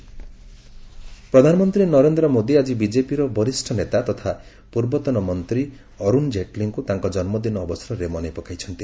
PM Jaitley ପ୍ରଧାନମନ୍ତ୍ରୀ ନରେନ୍ଦ୍ର ମୋଦି ଆଜି ବିଜେପିର ବରିଷ୍ଣ ନେତା ତଥା ପୂର୍ବତନ ମନ୍ତ୍ରୀ ଅରୁଣ ଜେଟ୍ଲୀଙ୍କୁ ତାଙ୍କ ଜନ୍ମଦିନ ଅବସରରେ ମନେ ପକାଇଛନ୍ତି